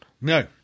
No